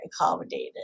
accommodated